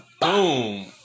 Boom